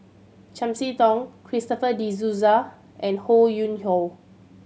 Chiam See Tong Christopher De Souza and Ho Yuen Hoe